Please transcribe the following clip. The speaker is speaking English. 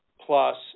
plus